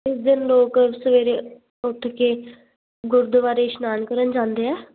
ਉਸ ਦਿਨ ਲੋਕ ਸਵੇਰੇ ਉੱਠ ਕੇ ਗੁਰਦੁਆਰੇ ਇਸ਼ਨਾਨ ਕਰਨ ਜਾਂਦੇ ਆ